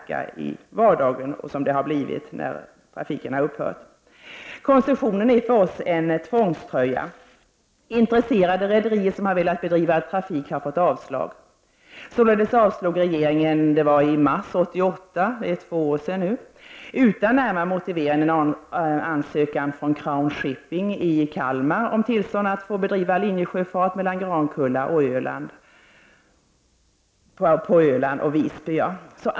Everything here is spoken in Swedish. Koncessionen är för oss en tvångströja. Intresserade rederier som har velat bedriva trafik har fått avslag. Således avslog regeringen i mars 1988 utan närmare motivering en ansökan från Crown Shipping AB i Kalmar om tillstånd att få bedriva linjesjöfart mellan Grankullavik på Öland och Visby.